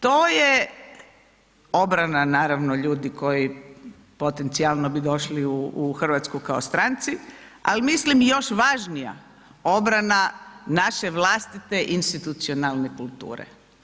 To je obrana naravno ljudi koji potencijalno bi došli u Hrvatsku kao stranici, ali mislim još važnija obrana naše vlastite institucionalne kulture.